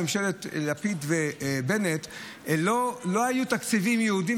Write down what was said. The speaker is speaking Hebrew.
כשהייתה ממשלת לפיד ובנט ולא היו תקציבים ייעודיים